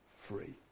free